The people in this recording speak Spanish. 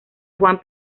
juan